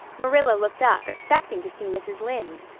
marilla looked up expecting to see mrs. lynde.